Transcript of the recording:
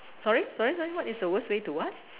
sorry sorry sorry what is the worst way to what